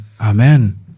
Amen